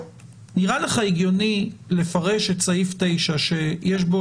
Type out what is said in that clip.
נראה לך הגיוני לפרש את סעיף 9 שיש בו